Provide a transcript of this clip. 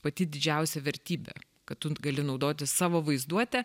pati didžiausia vertybė kad tu gali naudotis savo vaizduotę